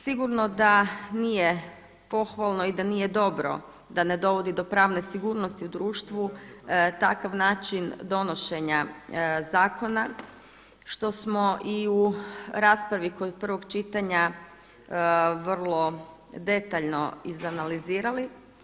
Sigurno da nije pohvalno i da nije dobro da ne dovodi do pravne nesigurnosti u društvu takav način donošenja zakona što smo i u raspravi kod prvog čitanja vrlo detaljno izanalizirali.